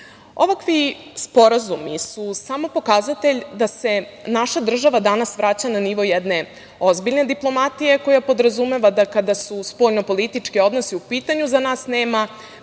sporazumi su samo pokazatelj da se naša država danas vraća na nivo jedne ozbiljne diplomatije koja podrazumeva da kada su spoljnopolitički odnosi u pitanju za nas nema